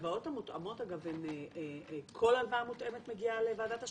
ההלוואות המותאמות כל הלוואה מותאמת מגיעה לוועדת ההשקעות?